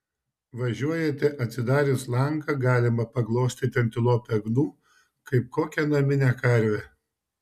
važiuojate atsidarius langą galima paglostyti antilopę gnu kaip kokią naminę karvę